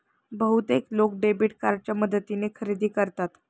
बहुतेक लोक डेबिट कार्डच्या मदतीने खरेदी करतात